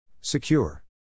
Secure